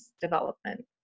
development